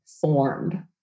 formed